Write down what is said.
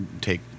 take